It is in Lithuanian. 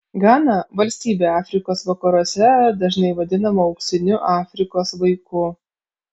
gana valstybė afrikos vakaruose dažnai vadinama auksiniu afrikos vaiku